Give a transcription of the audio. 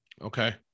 Okay